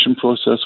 process